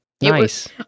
Nice